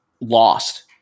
lost